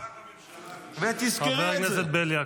מבזק הממשלה --- חבר הכנסת בליאק.